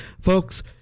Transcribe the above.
Folks